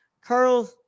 Carl